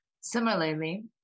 Similarly